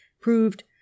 proved